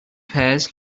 pears